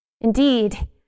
Indeed